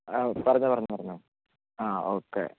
ആ പറഞ്ഞൊളൂ പറഞ്ഞൊളൂ പറഞ്ഞൊളൂ ആ ഓക്കെ